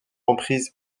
emprise